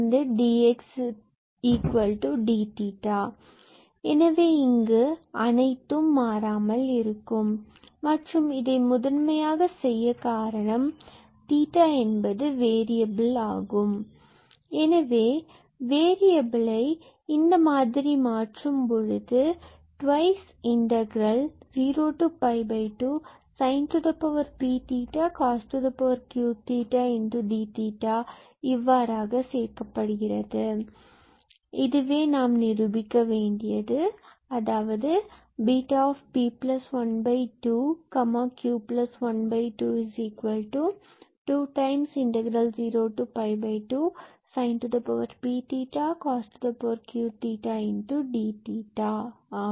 இங்கு எனவே அனைத்தும் மாறாமல் இருக்கும் மற்றும் இதை முதன்மையாக செய்ய காரணம்𝜃 என்பது ஒரு வேறியபில் என்பதே ஆகும் எனவே வேறியபிலை இந்த மாதிரி மாற்றும்போது 202sinp cosq𝑑𝜃 இவ்வாறாக சேர்க்கப்படுகிறது Βp12q12 202sinp cosq𝑑𝜃 இதுவே நாம் நிரூபிக்க வேண்டியது ஆகும்